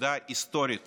היסטורית